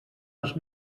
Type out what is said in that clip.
els